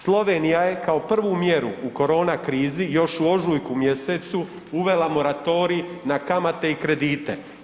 Slovenija je kao prvu mjeru u koronakrizi još u ožujku mjesecu uvela moratorij na kamate i kredite.